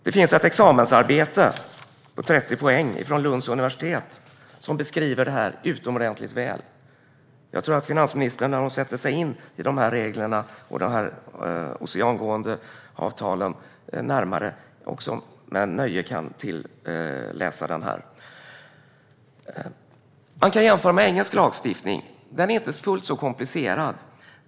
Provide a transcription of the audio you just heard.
Det finns ett examensarbete på 30 poäng från Lunds universitet som beskriver det här utomordentligt väl. Jag tror att finansministern, när hon sätter sig in i de här reglerna och avtalen för oceangående fartyg, med nöje kan läsa den. Man kan jämföra med engelsk lagstiftning. Den är inte fullt så komplicerad.